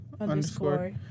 underscore